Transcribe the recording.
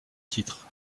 titres